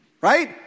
Right